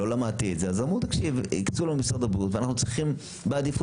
לא למדתי את זה אמרו: משרד הבריאות הקצה לנו ואנחנו צריכים בעדיפות,